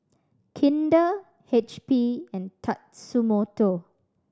Kinder H P and Tatsumoto